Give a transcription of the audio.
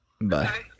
Bye